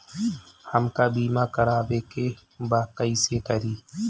हमका बीमा करावे के बा कईसे करी?